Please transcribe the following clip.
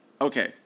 Okay